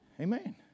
Amen